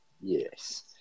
Yes